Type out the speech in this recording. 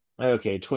Okay